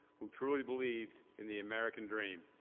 who truly believe in the american dream.